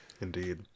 Indeed